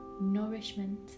nourishment